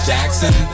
Jackson